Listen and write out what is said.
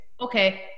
Okay